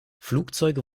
flugzeuge